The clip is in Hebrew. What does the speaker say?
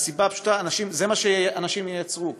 מהסיבה הפשוטה: זה מה שאנשים ייצרו.